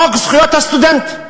חוק זכויות הסטודנט.